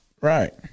Right